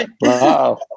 Wow